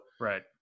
right